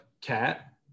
cat